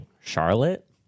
Charlotte